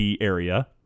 area